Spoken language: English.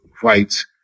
fights